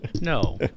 No